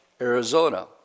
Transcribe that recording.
Arizona